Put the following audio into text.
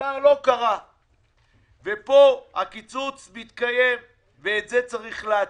הדבר לא קרה ופה הקיצוץ מתקיים ואת זה צריך לעצור.